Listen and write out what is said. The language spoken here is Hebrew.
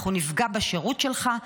אנחנו נפגע בשירות שלך,